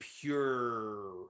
pure